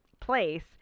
place